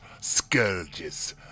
scourges